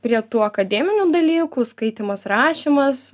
prie tų akademinių dalykų skaitymas rašymas